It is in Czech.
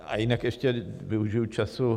A jinak ještě využiji času.